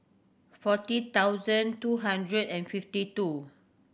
forty thousand two hundred and fifty two